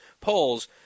polls